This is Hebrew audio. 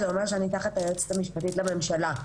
אני תחת היועצת המשפטית לממשלה.